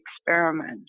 experiment